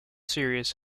serious